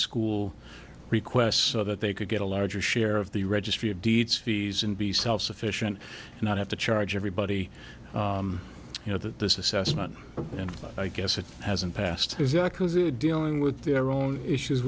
school requests that they could get a larger share of the registry of deeds fees and be self sufficient and not have to charge everybody you know that this assessment and i guess it hasn't passed dealing with their own issues